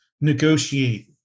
negotiate